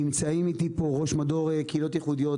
נמצאים איתי פה ראש מדור קהילות ייחודיות,